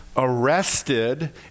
Arrested